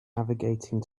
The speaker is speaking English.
navigating